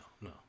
no